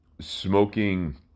smoking